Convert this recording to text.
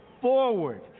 forward